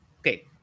Okay